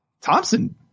Thompson